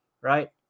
right